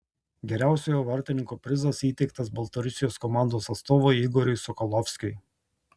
geriausiojo vartininko prizas įteiktas baltarusijos komandos atstovui igoriui sokolovskiui